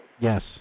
Yes